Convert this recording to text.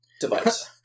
device